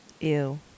Ew